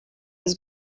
his